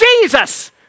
Jesus